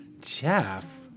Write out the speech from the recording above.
Jeff